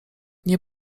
nie